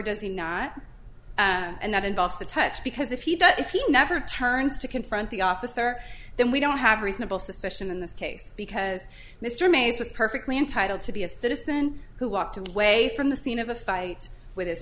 does he not and that involves the test because if he does if he never turns to confront the officer then we don't have reasonable suspicion in this case because mr mays was perfectly entitled to be a citizen who walked away from the scene of a fight with his